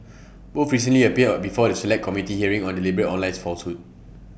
both recently appeared before the Select Committee hearing on deliberate online falsehoods